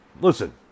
Listen